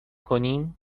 کنیم